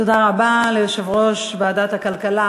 תודה רבה ליושב-ראש ועדת הכלכלה,